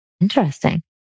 Interesting